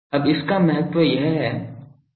अब इसका महत्व यह है कि हम यह क्यों कर रहे हैं